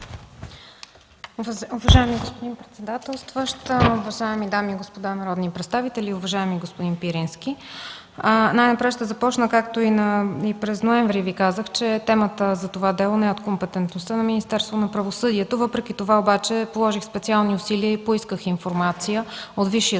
Уважаеми господин председател, уважаеми дами и господа народни представители, уважаеми господин Пирински! Както и през ноември Ви казах темата за това дело не е от компетентността на Министерството на правосъдието. Въпреки това обаче положих специални усилия и поисках информация от Висшия